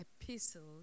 epistles